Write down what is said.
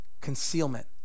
Concealment